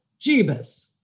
Jeebus